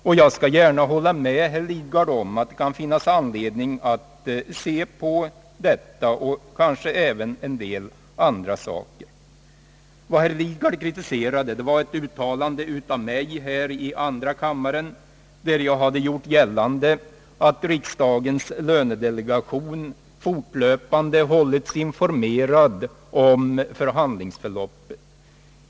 Jag skall gärna hålla med honom om att det kan finnas anledning att se på den frågan, och kanske även en del andra saker. Vad herr Lidgard kritiserade var ett uttalande av mig i andra kammaren, där jag gjorde gällande att riksdagens lönedelegation fortlöpande hade informerats om förhandlingsförloppet.